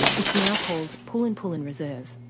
it's now called pullen pullen reserve.